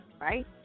right